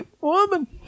woman